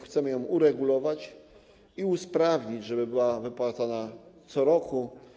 Chcemy ją uregulować i usprawnić - żeby była wypłacana co roku.